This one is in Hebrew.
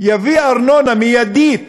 תביא ארנונה מיידית,